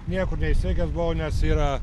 niekur neišsiekęs buvau nes yra